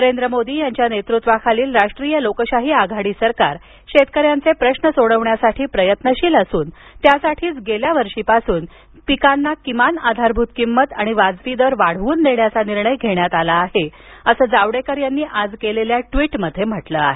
नरेंद्र मोदी यांच्या नेतृत्वाखालील राष्ट्रीय लोकशाही आघाडी सरकार शेतकऱ्यांचे प्रश्न सोडविण्यासाठी प्रयत्नशील असून त्यासाठीच गेल्या वर्षीपासून पिकांना किमान आधारभूत किंमत आणि वाजवी दर वाढवून देण्याचा निर्णय घेण्यात आला आहे असं जावडेकर यांनी आज केलेल्या ट्वीटमध्ये म्हटलं आहे